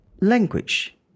language